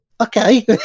okay